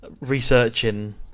researching